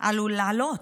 עלול לעלות.